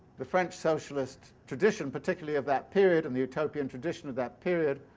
the french socialist tradition, particularly of that period, of the utopian tradition of that period,